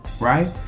right